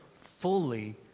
fully